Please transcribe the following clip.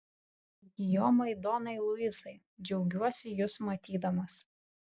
gijomai donai luisai džiaugiuosi jus matydamas